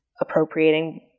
appropriating